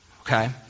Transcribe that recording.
okay